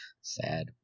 Sad